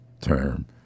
term